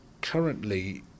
currently